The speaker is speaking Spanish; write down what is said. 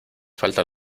falta